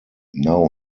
now